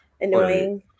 annoying